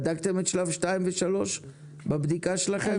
בדקתם את שלב 2 ו-3 בבדיקה שלכם?